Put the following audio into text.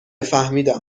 فهمیدم